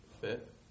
fit